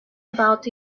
about